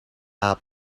aap